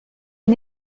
est